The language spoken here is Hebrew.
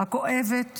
הכואבת